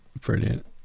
Brilliant